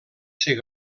ser